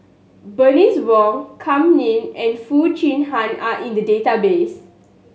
Bernice Wong Kam Ning and Foo Chee Han are in the database